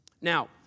Now